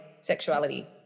sexuality